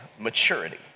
maturity